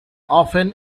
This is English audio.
often